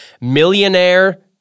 Millionaire